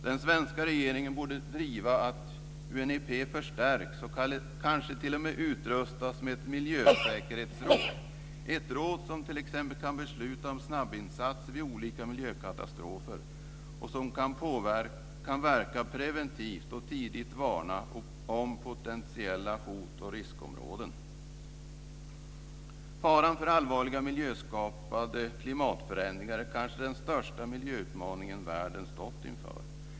Den svenska regeringen borde driva att UNEP förstärks och kanske t.o.m. utrustas med ett miljösäkerhetsråd, ett råd som t.ex. kan besluta om snabbinsatser vid olika miljökatastrofer och som kan verka preventivt och tidigt varna om potentiella hot och riskområden. Faran för allvarliga klimatförändringar är kanske den största miljöutmaningen världen har stått inför.